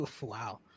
Wow